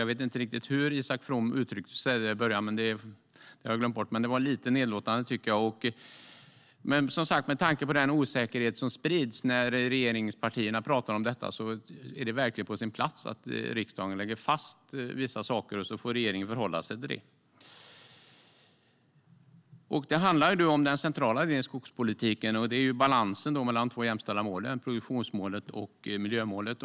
Jag vet inte riktigt hur Isak From uttryckte sig om det i början - det har jag glömt bort - men jag tycker att det var lite nedlåtande. Med tanke på den osäkerhet som sprids när regeringspartierna talar om detta är det verkligen på sin plats att riksdagen lägger fast vissa saker, och så får regeringen förhålla sig till det. Det handlar om den centrala delen i skogspolitiken, och det är balansen mellan de två jämställda målen produktionsmålet och miljömålet.